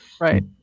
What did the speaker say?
Right